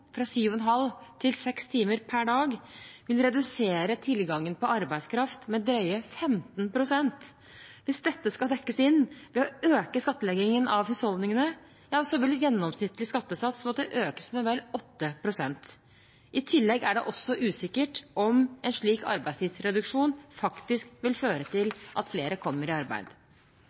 fra 7,5 til 6 timer per dag vil redusere tilgangen på arbeidskraft med drøye 15 pst. Hvis dette skal dekkes inn ved å øke skattleggingen av husholdningene, vil gjennomsnittlig skattesats måtte økes med vel 8 pst. I tillegg er det også usikkert om en slik arbeidstidsreduksjon faktisk vil føre til at flere kommer i arbeid.